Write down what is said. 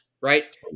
right